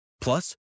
Plus